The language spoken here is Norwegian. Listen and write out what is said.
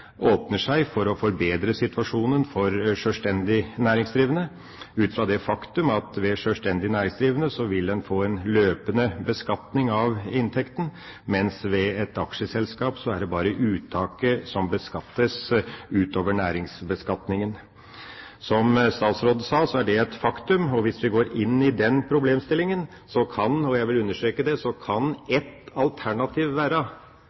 åpner seg for å forbedre situasjonen for sjølstendig næringsdrivende, ut fra det faktum at ved sjølstendig næringsdrivende vil en få en løpende beskatning av inntekten, mens ved et aksjeselskap er det bare uttaket som beskattes utover næringsbeskatningen. Som statsråden sa, er dét et faktum. Hvis vi går inn i den problemstillinga, kan – og jeg vil understreke det – ett alternativ være